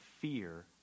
fear